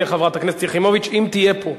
ואחריו תהיה חברת הכנסת יחימוביץ, אם תהיה פה.